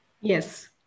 Yes